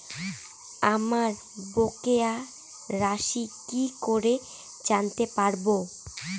আমার বকেয়া রাশি কি করে জানতে পারবো?